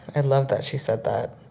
i love that she said that.